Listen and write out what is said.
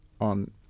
on